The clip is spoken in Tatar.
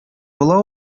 була